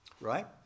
Right